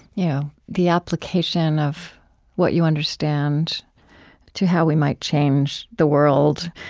yeah the application of what you understand to how we might change the world.